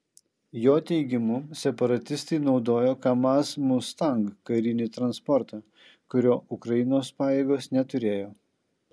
jo teigimu separatistai naudojo kamaz mustang karinį transportą kurio ukrainos pajėgos neturėjo